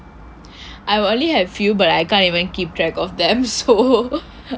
I will only have few but I can't even keep track of them so